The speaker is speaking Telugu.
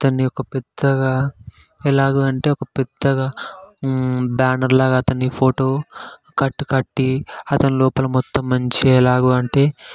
అతన్ని ఒకపెద్దగా ఎలాగ అంటే ఒకపెద్దగా బ్యానర్లాగ అతని ఫోటో కట్టు కట్టి అతని లోపల మొత్తం మంచిగా ఎలాగ అంటే